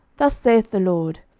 thus saith the lord,